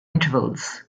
intervals